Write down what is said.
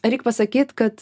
reik pasakyt kad